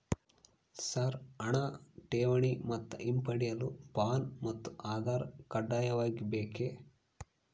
Sir ಹಣ ಠೇವಣಿ ಮತ್ತು ಹಿಂಪಡೆಯಲು ಪ್ಯಾನ್ ಮತ್ತು ಆಧಾರ್ ಕಡ್ಡಾಯವಾಗಿ ಬೇಕೆ?